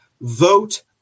Vote